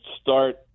start